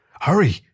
Hurry